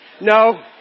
No